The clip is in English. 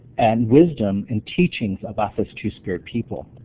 and wisdom, and teachings about us two-spirit people.